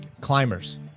climbers